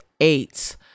eight